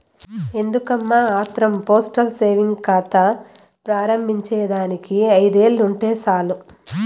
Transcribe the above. ఎందుకమ్మా ఆత్రం postal savings కాతా ప్రారంబించేదానికి ఐదొందలుంటే సాలు